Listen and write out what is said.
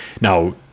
Now